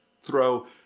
throw